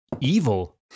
evil